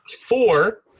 Four